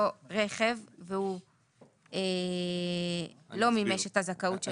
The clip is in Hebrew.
רכב והוא לא מימש את הזכאות שלו לרכב.